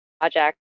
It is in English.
project